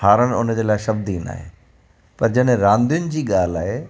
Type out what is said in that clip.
हारण हुनजे लाइ शब्द ई नाहे पर जॾहिं रांदियुनि जी ॻाल्हि आहे